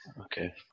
Okay